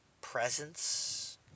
presence